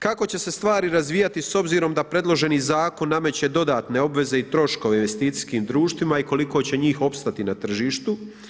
Kako će se stvari razvijati s obzirom da predloženi zakon nameće dodatne obveze i troškove investicijskim društvima i koliko će njih opstati na tržištu?